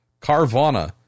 Carvana